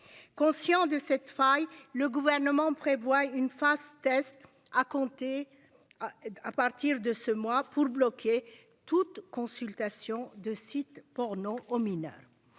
Conscient de cette faille. Le gouvernement prévoit une phase test à compter. À partir de ce mois pour bloquer toute consultation de sites pornos aux mineurs.